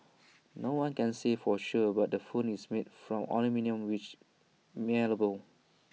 no one can say for sure but the phone is made from aluminium which malleable